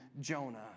Jonah